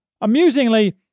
Amusingly